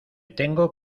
tengo